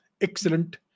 Excellent